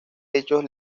hechos